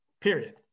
period